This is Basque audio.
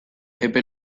epe